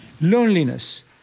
loneliness